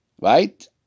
Right